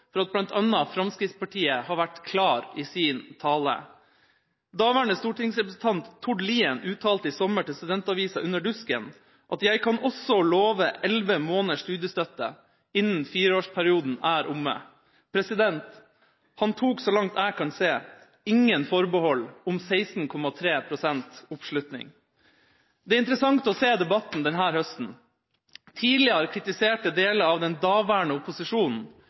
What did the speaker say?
for at bl.a. Fremskrittspartiet har vært klar i sin tale. Daværende stortingsrepresentant Tord Lien uttalte i sommer til studentavisa Under Dusken: «Jeg kan også love 11 måneders studiestøtte innen fireårsperioden er omme.» Han tok, så langt jeg kan se, ingen forbehold om 16,3 pst. oppslutning. Det er interessant å se debatten denne høsten. Tidligere kritiserte deler av den daværende opposisjonen